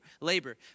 labor